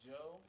Joe